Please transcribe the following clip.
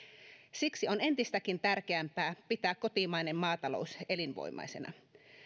siksi on entistäkin tärkeämpää pitää kotimainen maatalous elinvoimaisena